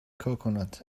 coconut